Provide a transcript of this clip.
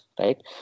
right